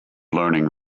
learning